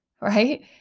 Right